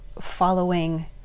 following